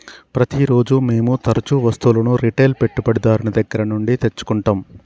ప్రతిరోజూ మేము తరుచూ వస్తువులను రిటైల్ పెట్టుబడిదారుని దగ్గర నుండి తెచ్చుకుంటం